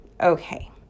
Okay